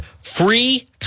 free